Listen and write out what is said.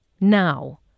now